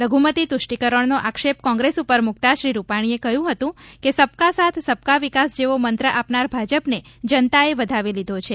લઘુમતી તુષ્ટિકરણનો આક્ષેપ કોંગ્રેસ ઉપર મુકતા શ્રી રૂપાણીએ કહ્યું હતું કે સબકા સાથ સબકા વિકાસ જેવો મંત્ર આપનાર ભાજપને જનતાએ વધાવી લીધો છે